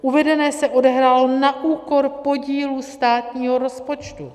Uvedené se odehrálo na úkor podílu státního rozpočtu.